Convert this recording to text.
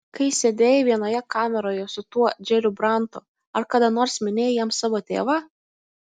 kai sėdėjai vienoje kameroje su tuo džeriu brantu ar kada nors minėjai jam savo tėvą